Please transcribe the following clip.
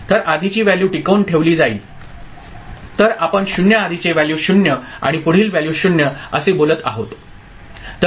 तर आधीची व्हॅल्यू टिकवून ठेवली जाईल तर आपण 0 आधीचे व्हॅल्यू 0 आणि पुढील व्हॅल्यू 0 असे बोलत आहोत